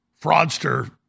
fraudster